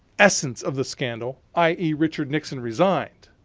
essence of the scandal, i e. richard nixon resigned,